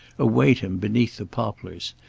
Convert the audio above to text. await him beneath the poplars,